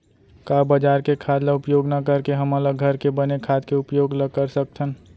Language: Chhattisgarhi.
का बजार के खाद ला उपयोग न करके हमन ल घर के बने खाद के उपयोग ल कर सकथन?